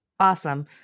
awesome